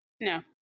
No